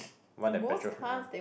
want that patrol